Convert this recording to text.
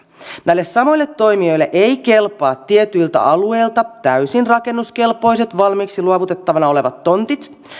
näille samoille toimijoille eivät kelpaa tietyltä alueelta täysin rakennuskelpoiset valmiiksi luovutettavana olevat tontit